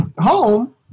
home